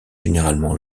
généralement